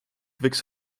võiks